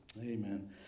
Amen